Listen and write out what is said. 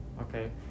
okay